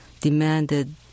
demanded